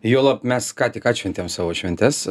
juolab mes ką tik atšventėm savo šventes